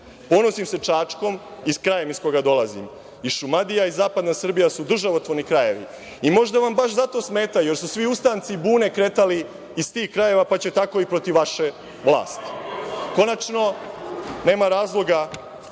mislite. Ponosim se Čačkom i krajem iz koga dolazim. I Šumadija i zapadna Srbija su državotvorni krajevi. Možda vam baš zato smetaju, jer su svi ustanci i bune kretali iz tih krajeva, pa će tako i protiv vaše vlasti. Konačno, nema razloga